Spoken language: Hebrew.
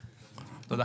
תודה.